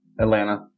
Atlanta